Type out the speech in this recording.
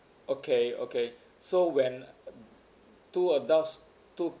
okay okay so when two adults two